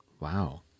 wow